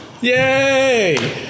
Yay